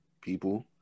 people